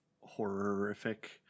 horrific